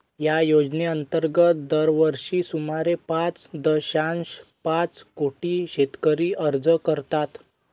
या योजनेअंतर्गत दरवर्षी सुमारे पाच दशांश पाच कोटी शेतकरी अर्ज करतात